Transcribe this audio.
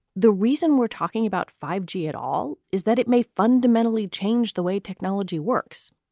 the reason we're talking about five g at all is that it may fundamentally change the way technology works.